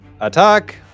attack